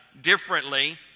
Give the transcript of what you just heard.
differently